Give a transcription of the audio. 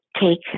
take